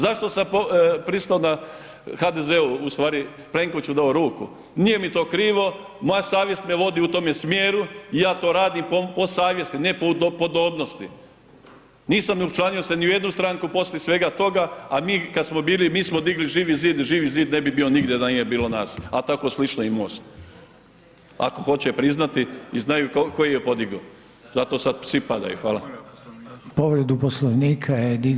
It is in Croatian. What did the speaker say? Zašto sam pristao na HDZ-ovu u stvari Plenkovićevu dao ruku, nije mi to krivo, moja savjest me vodi u tome smjeru i ja to radim po savjesti, ne po podobnosti, nisam učlanio se ni u jednu stranku poslije svega toga, a mi kad smo bili, mi smo digli Živi Zid, Živi Zid ne bi bio nigdje da nije bilo nas, a tako slično i MOST, ako hoće priznati i znaju tko ih je podigao, zato sad svi padaju.